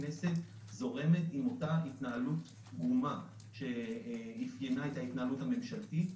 הכנסת זורמת עם אותה התנהלות פגומה שאפיינה את ההתנהלות הממשלתית.